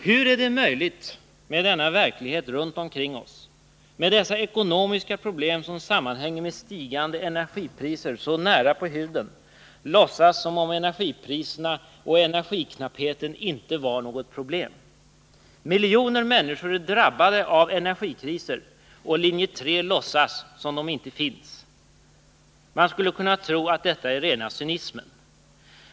Hur är det möjligt att med denna verklighet runt omkring oss, med dessa ekonomiska problem som sammanhänger med stigande energipriser så nära inpå huden, låtsas som om energipriserna och energiknappheten inte var något problem? Miljoner människor är drabbade av energikriser, och linje 3 låtsas som om de inte finns. Man skulle kunna tro att detta är rena cynismen.